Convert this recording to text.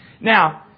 Now